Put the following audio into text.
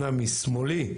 אומנם משמאלי,